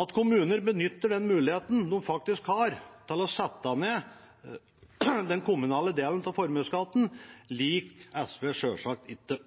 At kommuner benytter den muligheten de faktisk har til å sette ned den kommunale delen av formuesskatten, liker SV selvsagt ikke,